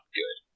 good